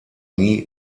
nie